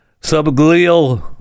subglial